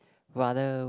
rather